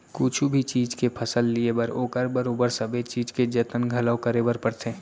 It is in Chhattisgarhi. कुछु भी चीज के फसल लिये बर ओकर बरोबर सबे चीज के जतन घलौ करे बर परथे